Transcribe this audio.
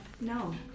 No